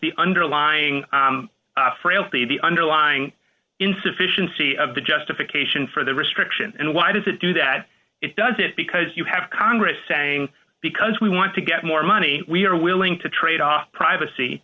the underlying frailty the underlying insufficiency of the justification for the restriction and why does it do that it does it because you have congress saying because we want to get more money we are willing to trade off privacy